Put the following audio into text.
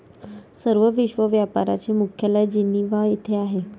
sir, विश्व व्यापार चे मुख्यालय जिनिव्हा येथे आहे